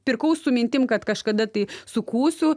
pirkau su mintim kad kažkada tai sukūsiu